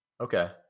okay